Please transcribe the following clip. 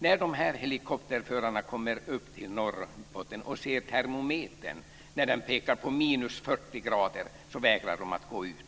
När helikopterförarna kommer upp till Norrbotten och ser att termometern pekar på minus 40 grader så vägrar det att gå ut.